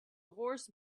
horse